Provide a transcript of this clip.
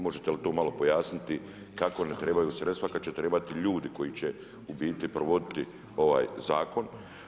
Možete li to malo pojasniti, kako ne trebaju sredstva kada će trebati ljudi koji će u biti provoditi ovaj zakon?